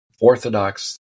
Orthodox